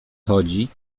chodzi